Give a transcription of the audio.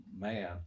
man